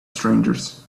strangers